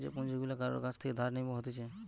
যে পুঁজি গুলা কারুর কাছ থেকে ধার নেব হতিছে